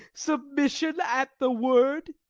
submission at the word.